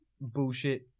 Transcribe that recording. bullshit